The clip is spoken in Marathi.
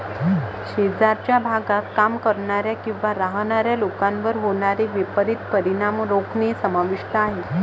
शेजारच्या भागात काम करणाऱ्या किंवा राहणाऱ्या लोकांवर होणारे विपरीत परिणाम रोखणे समाविष्ट आहे